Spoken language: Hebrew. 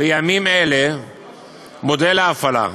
בימים אלה מודל להפעלה.